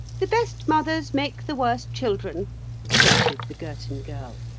the best mothers make the worst children quoted the girton girl.